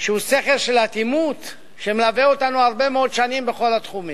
של אטימות שמלווה אותנו הרבה מאוד שנים בכל התחומים.